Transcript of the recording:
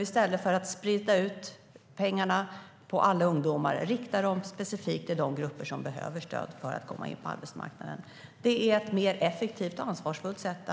I stället för att sprida ut pengarna på alla ungdomar riktar vi dem specifikt till de grupper som behöver stöd för att komma in på arbetsmarknaden, inte minst ungdomar som inte har gymnasieutbildning. Det är ett mer effektivt och ansvarsfullt sätt